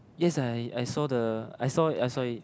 yes I I saw the I saw it I saw it